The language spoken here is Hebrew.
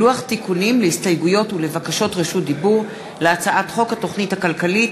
לוח תיקונים להסתייגויות ולבקשות רשות דיבור להצעת חוק התוכנית הכלכלית